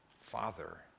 Father